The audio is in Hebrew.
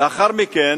לאחר מכן